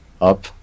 Up